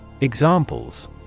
Examples